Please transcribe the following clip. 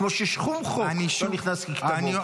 כמו ששום חוק לא נכנס ככתבו וכלשונו.